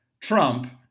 Trump